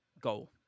goal